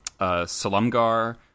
salumgar